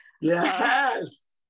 Yes